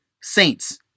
Saints